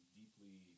deeply